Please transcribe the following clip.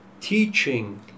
teaching